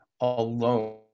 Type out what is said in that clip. alone